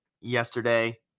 yesterday